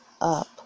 up